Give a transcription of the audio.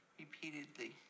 repeatedly